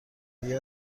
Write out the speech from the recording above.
آیا